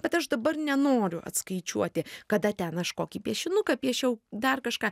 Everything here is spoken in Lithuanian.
bet aš dabar nenoriu atskaičiuoti kada ten aš kokį piešinuką piešiau dar kažką